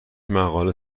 مقاله